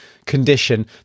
condition